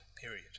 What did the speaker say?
period